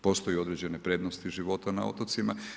Postoje određene prednosti života na otocima.